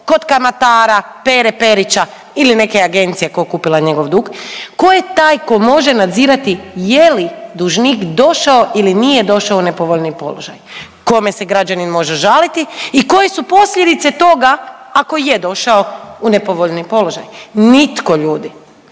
kod kamatara Pere Perića ili neke agencije koja je kupila njegov dug, tko je taj tko može nadzirati je li dužnik došao ili nije došao u nepovoljniji položaj? Kome se građanin može žaliti i koje su posljedice toga ako je došao u nepovoljniji položaj? Nitko ljudi.